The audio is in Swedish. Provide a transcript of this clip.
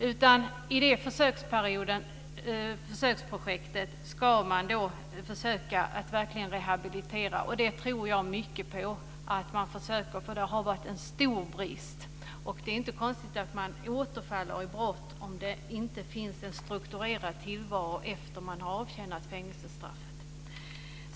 I det försöksprojektet ska man försöka att verkligen rehabilitera, och det tror jag mycket på. Det har varit en stor brist. Det är inte konstigt att man återfaller i brott om det inte finns en strukturerad tillvaro efter det att man har avtjänat fängelsestraffet.